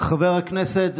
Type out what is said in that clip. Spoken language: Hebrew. זכרו לברכה,